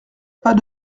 pas